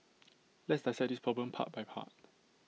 let's dissect this problem part by part